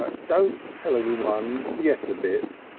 like don't tell anyone yet a bit,